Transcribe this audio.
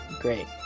great